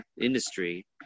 industry